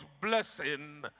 blessing